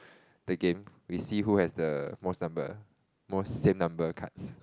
the game we see who has the most number most same number cards